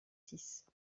six